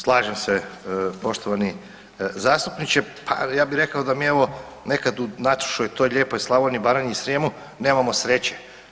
Slažem se poštovani zastupniče, pa ja bi rekao da mi evo nekad u našoj toj lijepoj Slavoniji, Baranji i Srijemu nemamo sreće.